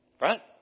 Right